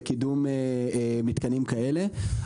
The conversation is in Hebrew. לקידום מתקנים כאלה.